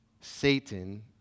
Satan